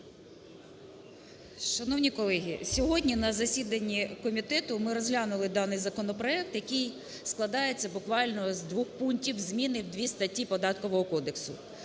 Шановні колеги, сьогодні на засіданні комітету ми розглянули даний законопроект, який складається буквально з двох пунктів зміни в дві статті Податкового кодексу.